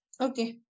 Okay